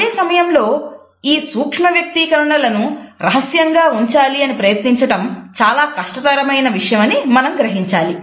అదే సమయంలో ఈ సూక్ష్మవ్యక్తీకరణలను రహస్యంగా ఉంచాలని ప్రయత్నించటం చాలా కష్టతరమైన విషయమని మనం గ్రహించాలి